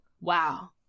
wow